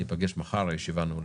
הישיבה נעולה.